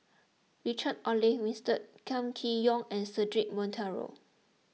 Richard Olaf Winstedt Kam Kee Yong and Cedric Monteiro